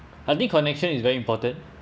I think connection is very important